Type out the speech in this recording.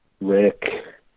Rick